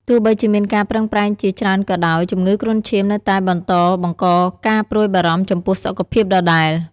ទោះបីជាមានការប្រឹងប្រែងជាច្រើនក៏ដោយ ជំងឺគ្រុនឈាមនៅតែបន្តបង្កការព្រួយបារម្ភចំពោះសុខភាពដដែល។